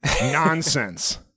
Nonsense